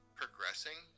progressing